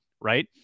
right